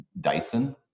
Dyson